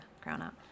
grown-up